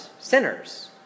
sinners